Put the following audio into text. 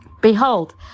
behold